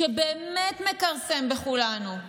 שבאמת מכרסם בכולנו,